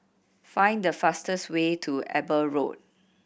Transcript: find the fastest way to Eber Road